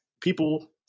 people